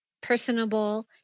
personable